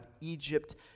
Egypt